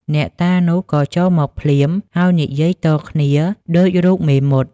អ្នកតានោះក៏ចូលមកភ្លាម ហើយនិយាយតគ្នាដូចរូបមេមត់ ។